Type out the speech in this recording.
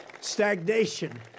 stagnation